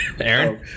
Aaron